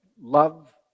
love